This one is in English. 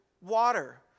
water